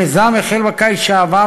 המיזם החל בקיץ שעבר,